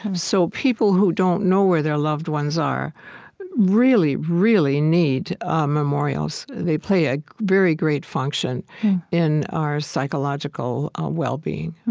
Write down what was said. um so people who don't know where their loved ones are really, really need memorials. they play a very great function in our psychological well-being